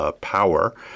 power